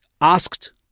asked